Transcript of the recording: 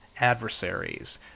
adversaries